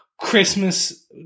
Christmas